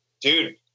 Dude